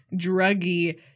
druggy